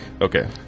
Okay